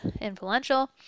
influential